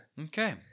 Okay